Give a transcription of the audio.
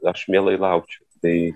aš mielai laukčiau tai